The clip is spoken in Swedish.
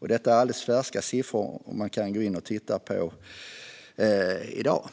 Detta är alldeles färska siffror, som man kan gå in och titta på i dag.